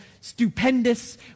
stupendous